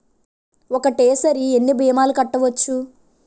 ఒక్కటేసరి ఎన్ని భీమాలు కట్టవచ్చు?